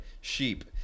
sheep